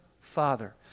Father